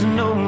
no